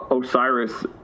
Osiris